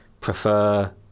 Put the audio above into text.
prefer